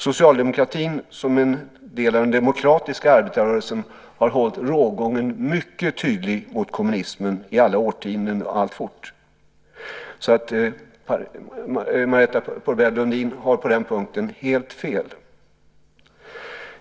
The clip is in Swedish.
Socialdemokratin som en del av den demokratiska arbetarrörelsen har hållit rågången mot kommunismen mycket tydlig i alla årtionden och alltfort. Marietta de Pourbaix-Lundin har på den punkten helt fel.